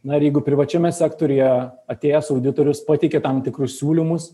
na ir jeigu privačiame sektoriuje atėjęs auditorius pateikia tam tikrus siūlymus